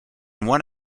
one